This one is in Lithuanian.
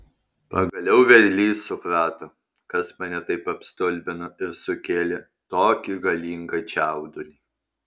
pagaliau vedlys suprato kas mane taip apstulbino ir sukėlė tokį galingą čiaudulį